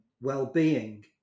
well-being